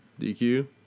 DQ